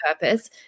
purpose